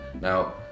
now